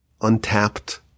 untapped